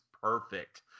perfect